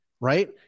Right